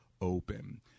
open